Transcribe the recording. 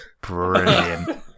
Brilliant